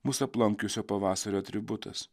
mus aplankiusio pavasario atributas